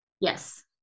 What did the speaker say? yes